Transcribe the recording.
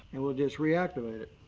and we'll just reactivate it.